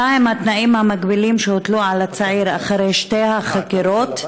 1. מהם התנאים המגבילים שהוטלו על הצעיר אחרי שתי החקירות,